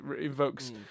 invokes